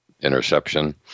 interception